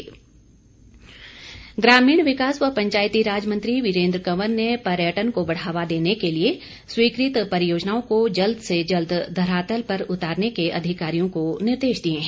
वीरेंद्र कंवर ग्रामीण विकास व पंचायती राज मंत्री वीरेंद्र कंवर ने पर्यटन को बढ़ावा देने के लिए स्वीकृत परियोजनाओं को जल्द से धरातल पर उतारने के अधिकारियों को निर्देश दिए हैं